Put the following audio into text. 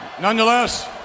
Nonetheless